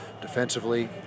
Defensively